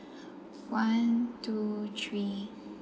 one two three